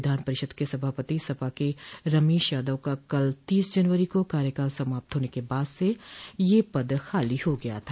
विधान परिषद के सभापति सपा के रमेश यादव का कल तीस जनवरी को कार्यकाल समाप्त होने के बाद से यह पद खाली हो गया था